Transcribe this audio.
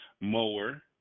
mower